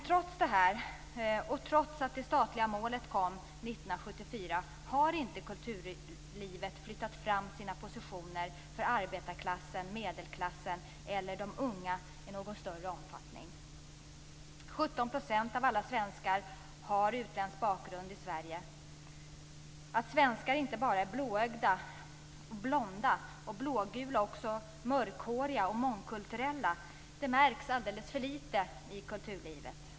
Trots detta och trots att det statliga målet kom 1974 har kulturlivet inte flyttat fram sina positioner för arbetarklassen, medelklassen eller de unga i någon större omfattning. 17 % av alla svenskar i Sverige har utländsk bakgrund. Att svenskar inte bara är blåögda, blonda och blågula utan också mörkhåriga och mångkulturella märks alldeles för litet i kulturlivet.